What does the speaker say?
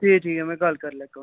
ठीक ठीक ऐ में गल्ल करी लैगा